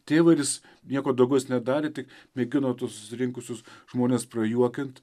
tėvą ir jis nieko daugiau jis nedarė tik mėgino susirinkusius žmones prajuokint